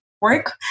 work